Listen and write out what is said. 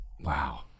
wow